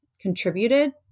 contributed